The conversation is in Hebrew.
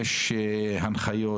יש הנחיות,